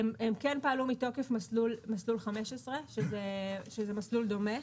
הם כן פעלו מתוקף מסלול 15, שזה מסלול דומה,